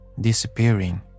disappearing